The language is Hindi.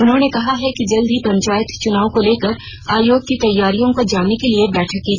उन्हानें कहा है कि जल्द ही पंचायत चुनाव को लेकर आयोग की तैयारियों को जानने के लिये बैठक की जायेगी